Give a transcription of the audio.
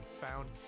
found